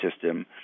system